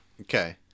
Okay